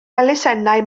elusennau